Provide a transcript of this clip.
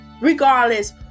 regardless